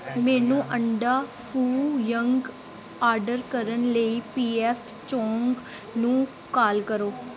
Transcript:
ਮੈਨੂੰ ਅੰਡਾ foo young order ਕਰਨ ਲਈ ਪੀ ਐਫ ਚੋਂਗ ਨੂੰ ਕਾਲ ਕਰੋ